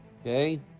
okay